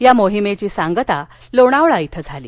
या मोहिमेची सांगता काल लोणावळा इथं झाली